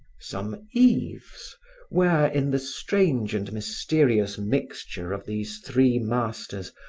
some eves where, in the strange and mysterious mixture of these three masters,